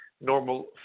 normal